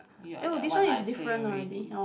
ya that one I say already